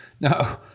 No